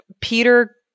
Peter